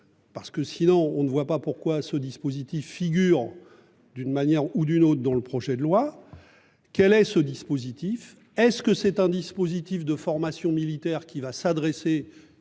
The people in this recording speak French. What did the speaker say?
Parce que sinon on ne voit pas pourquoi ce dispositif figure. D'une manière ou d'une autre dans le projet de loi. Quel est ce dispositif. Est-ce que c'est un dispositif de formation militaire qui va s'adresser,